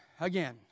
again